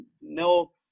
no